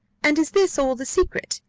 and is this all the secret?